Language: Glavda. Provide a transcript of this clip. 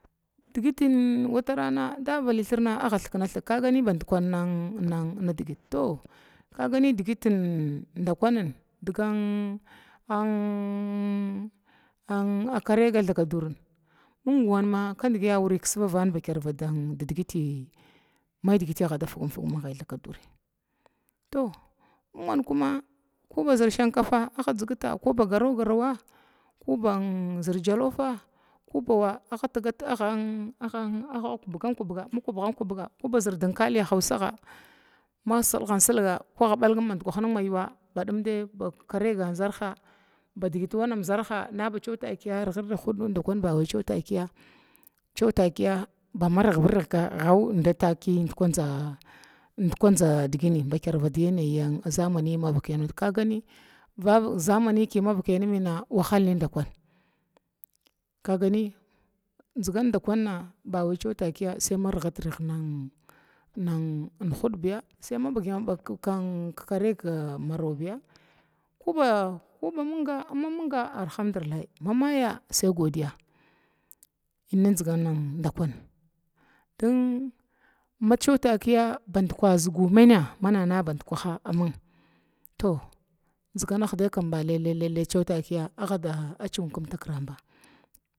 Digitin wataran dabanan digit to dugvalithirna a thkna thing bud kunina digitin dakwan ann ann ann kariga thakadurin ming wanme kandgi a wuri kisni vavani maidik adda figin magayitoming, toh wankume kubazər shinkafa azign kuba garogarow koban jalufa kubawa a kubgat kubga ko ba zer dinkali husaga ma silgant silga ko a bulum mayiwa ba kariga zərha batakiya rigvant rig huda chotakiya dakwana badgana yanna yina ma zamayi kuma zamayi kimvaka nimyamma wahal mingvakai, kagani ndzigan dakwune mathy takiya argit ngahuda maye maminga alhamdulillahi mamaya saigodiya wannin dakwan macewa takiya badka zigu maina mana zəgu bankwaha amun to dzigane ga ba lele cingacig kumtakran ba.